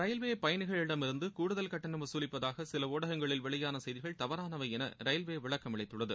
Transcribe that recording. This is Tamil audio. ரயில்வே பயணிகளிடமிருந்து கூடுதல் கட்டணம் வதுலிப்பதாக சில ஊடகங்களில் வெளியான செய்திகள் தவறானவை என ரயில்வே விளக்கம் அளித்துள்ளது